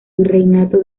virreinato